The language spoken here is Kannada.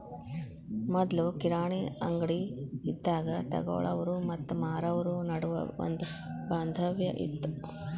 ಮೊದ್ಲು ಕಿರಾಣಿ ಅಂಗ್ಡಿ ಇದ್ದಾಗ ತೊಗೊಳಾವ್ರು ಮತ್ತ ಮಾರಾವ್ರು ನಡುವ ಒಂದ ಬಾಂಧವ್ಯ ಇತ್ತ